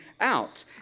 out